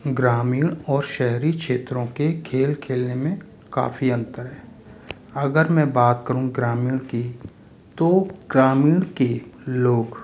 ग्रामीण और शहरी क्षेत्रों के खेल खेलने में काफ़ी अंतर है अगर मैं बात करूँ ग्रामीण की तो ग्रामीण के लोग